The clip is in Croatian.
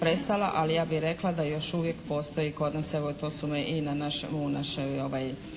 prestala, ali ja bih rekla da još uvijek postoji kod nas, evo to su i u našoj